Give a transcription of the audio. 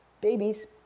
Babies